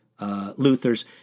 Luthers